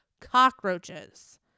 cockroaches